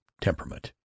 temperament